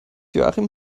joachim